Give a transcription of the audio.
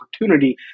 opportunity